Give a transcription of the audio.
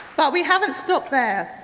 but we haven't stopped there.